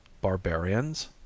Barbarians